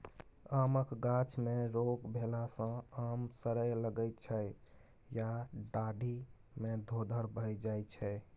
आमक गाछ मे रोग भेला सँ आम सरय लगै छै या डाढ़ि मे धोधर भए जाइ छै